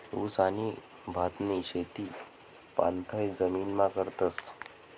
ऊस आणि भातनी शेती पाणथय जमीनमा करतस